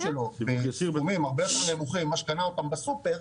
שלו בסכומים הרבה יותר נמוכים ממה שקנה אותם בסופר,